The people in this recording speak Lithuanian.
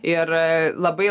ir labai